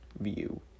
view